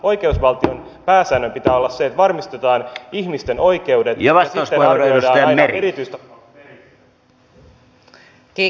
oikeusvaltion pääsäännön pitää olla se että varmistetaan ihmisten oikeudet ja sitten arvioidaan aina erityistapaukset erikseen